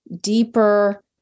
deeper